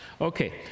okay